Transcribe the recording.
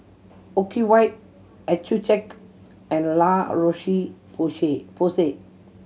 Ocuvite Accucheck and La Roche Porsay